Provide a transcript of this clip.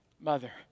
mother